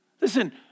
Listen